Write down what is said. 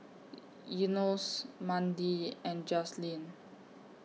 Enos Mandi and Jazlene